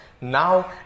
now